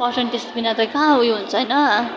percentage बिना त कहाँ उयो हुन्छ होइन्